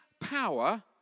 power